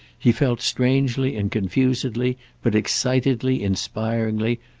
he felt, strangely and confusedly, but excitedly, inspiringly,